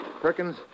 Perkins